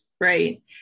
right